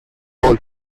roll